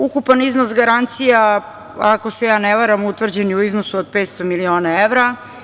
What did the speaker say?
Ukupan iznos garancija, ako se ja ne varam, utvrđen je u iznosu od 500 miliona evra.